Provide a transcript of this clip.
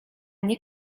nie